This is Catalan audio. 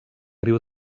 riu